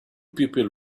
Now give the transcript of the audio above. people